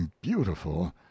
beautiful